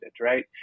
right